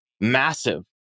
massive